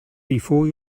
before